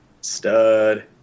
Stud